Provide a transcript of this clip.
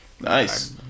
Nice